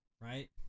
Right